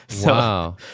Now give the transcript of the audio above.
Wow